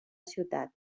ciutat